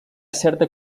certa